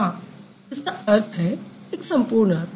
हाँ इसका अर्थ है एक सम्पूर्ण अर्थ